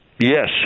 Yes